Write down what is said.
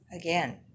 Again